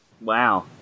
Wow